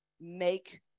make